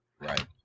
Right